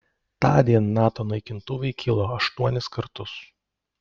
tądien nato naikintuvai kilo aštuonis kartus